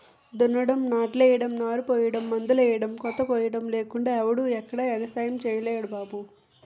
దున్నడం, నాట్లెయ్యడం, నారుపొయ్యడం, మందులెయ్యడం, కోతకొయ్యడం లేకుండా ఎవడూ ఎక్కడా ఎగసాయం సెయ్యలేరు బాబూ